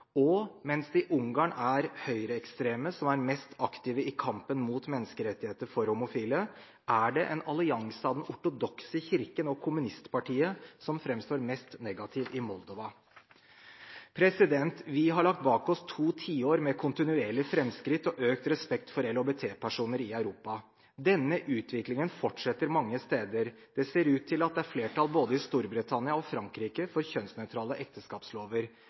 Og mens det i Ungarn er høyreekstreme som er mest aktive i kampen mot menneskerettigheter for homofile, er det en allianse av den ortodokse kirken og kommunistpartiet som framstår som mest negativ i Moldova. Vi har lagt bak oss to tiår med kontinuerlige framskritt og økt respekt for LHBT-personer i Europa. Denne utviklingen fortsetter mange steder. Det ser ut til at det er flertall både i Storbritannia og i Frankrike for kjønnsnøytrale ekteskapslover.